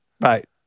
Right